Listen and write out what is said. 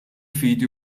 fidi